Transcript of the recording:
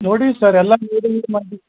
ನೋಡಿ ಸರ್ ಎಲ್ಲ